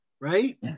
right